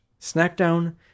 snackdown